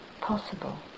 possible